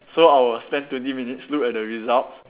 so I will spend twenty minutes look at the results